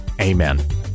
amen